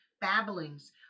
babblings